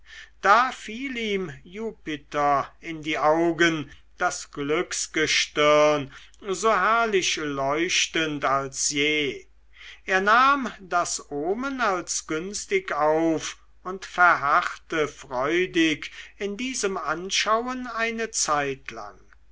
da fiel ihm jupiter in die augen das glücksgestirn so herrlich leuchtend als je er nahm das omen als günstig auf und verharrte freudig in diesem anschauen eine zeitlang